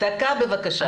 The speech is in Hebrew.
דקה בבקשה.